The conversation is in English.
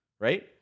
right